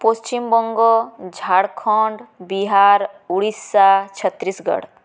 Paschimbanga Jharkhand Bihar Orissa Chhattisgarh